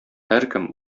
һәркем